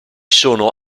sono